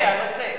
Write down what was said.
הנושא, הנושא.